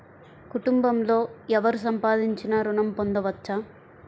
కుటుంబంలో ఎవరు సంపాదించినా ఋణం పొందవచ్చా?